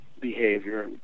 behavior